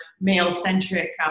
male-centric